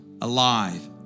alive